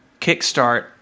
kickstart